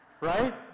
Right